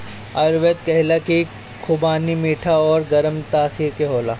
आयुर्वेद कहेला की खुबानी मीठा अउरी गरम तासीर के होला